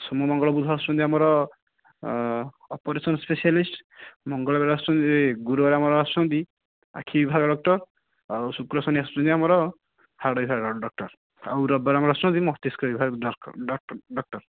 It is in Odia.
ସୋମ ମଙ୍ଗଳ ବୁଧ ଆସୁଛନ୍ତି ଆମର ଅପରେସନ ସ୍ପେସିଆଲିଷ୍ଟ ମଙ୍ଗଳବାରେ ଆସୁଛନ୍ତି ଗୁରୁବାରେ ଆମର ଆସୁଛନ୍ତି ଆଖି ବିଭାଗ ଡକ୍ଟର ଆଉ ଶୁକ୍ର ଶନି ଆସୁଛନ୍ତି ଆମର ହାଡ଼ ବିଭାଗର ଡକ୍ଟର ଆଉ ରବିବାର ଆମର ଆସୁଛନ୍ତି ଆମର ମସ୍ତିଷ୍କ ବିଭାଗ ଡକ୍ଟର